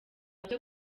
byo